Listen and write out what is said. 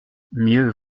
mieux